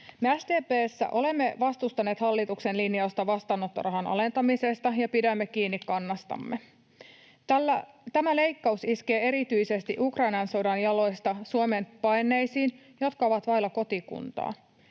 Me SDP:ssä olemme vastustaneet hallituksen linjausta vastaanottorahan alentamisesta ja pidämme kiinni kannastamme. Tämä leikkaus iskee erityisesti Ukrainan sodan jaloista Suomeen paenneisiin, jotka ovat vailla kotikuntaa.